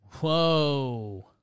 Whoa